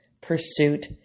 pursuit